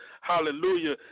Hallelujah